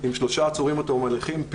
עם שלושה עצורים עד תום הליכים,